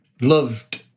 loved